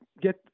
get